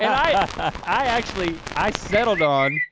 yeah i actually, i settled on,